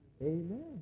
Amen